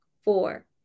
Four